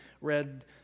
read